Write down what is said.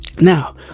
now